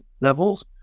levels